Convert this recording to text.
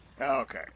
Okay